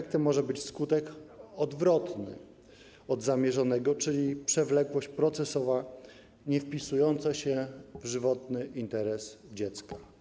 Skutek może być odwrotny od zamierzonego, czyli przewlekłość procesowa niewpisująca się w żywotny interes dziecka.